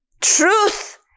Truth